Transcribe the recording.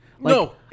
No